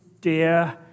dear